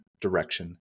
direction